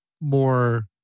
more